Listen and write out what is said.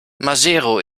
maseru